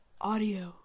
Audio